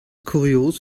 kurios